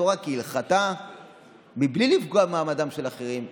התורה כהלכתה מבלי לפגוע במעמדם של אחרים,